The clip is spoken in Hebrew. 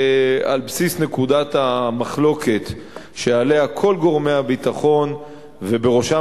על בסיס נקודת המחלוקת שעליה כל גורמי הביטחון ובראשם